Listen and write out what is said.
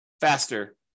faster